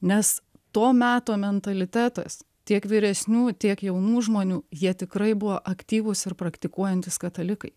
nes to meto mentalitetas tiek vyresnių tiek jaunų žmonių jie tikrai buvo aktyvūs ir praktikuojantys katalikai